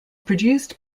produced